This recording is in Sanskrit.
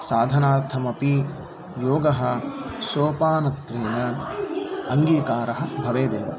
साधनार्थमपि योगः सोपानत्वेन अङ्गीकारः भवेदेव